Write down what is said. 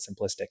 simplistic